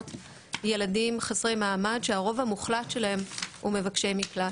ילדים חסרי מעמד שהרוב המוחלט שלהם הוא מבקשי מקלט.